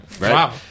wow